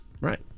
Right